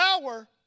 power